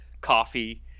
coffee